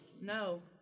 No